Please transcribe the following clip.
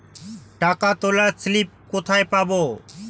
টাকা তোলার স্লিপ কোথায় পাব?